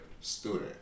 student